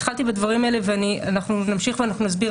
אני התחלתי בדברים האלה ואנחנו נמשיך ונסביר